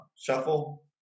shuffle